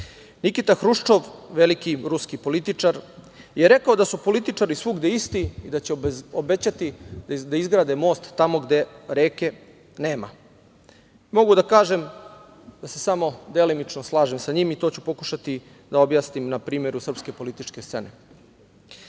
Nikita Hruščov, veliki ruski političar, je rekao da su političari svugde isti i da će obećati da izgrade most tamo gde reke nema. Mogu da kažem da se samo delimično slažem sa njim i to ću pokušati da objasnim na primer srpske političke scene. Često